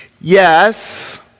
Yes